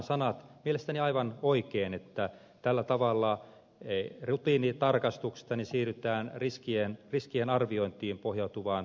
mielestäni on aivan oikein että tällä tavalla rutiinitarkastuksista siirrytään riskien arviointiin pohjautuvaan tarkastustoimintaan